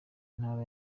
intara